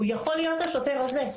הוא יכול להיות השוטר הזה.